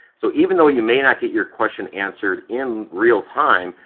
so even though you may not get your question answered in real time,